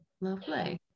lovely